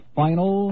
final